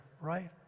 right